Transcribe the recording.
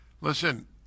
Listen